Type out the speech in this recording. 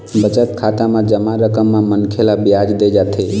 बचत खाता म जमा रकम म मनखे ल बियाज दे जाथे